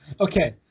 Okay